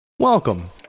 Welcome